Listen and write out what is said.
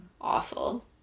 awful